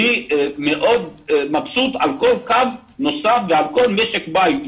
אני מאוד מבסוט על כל קו נוסף ועל כל משק בית,